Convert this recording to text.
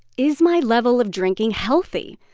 is my level of drinking healthy?